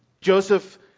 Joseph